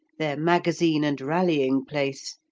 their magazine and rallying-place,